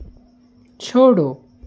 छोड़ो